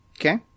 Okay